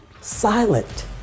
silent